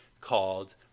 called